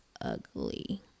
ugly